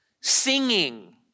Singing